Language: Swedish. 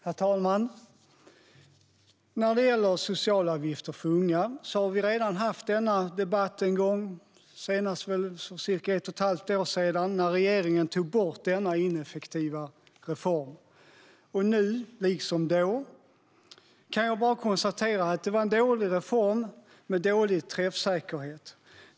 Herr talman! När det gäller lägre socialavgifter för unga har vi redan haft denna debatt en gång, för cirka ett och ett halvt år sedan när regeringen tog bort den ineffektiva reformen. Nu liksom då kan jag bara konstatera att det var en dålig reform med dålig träffsäkerhet.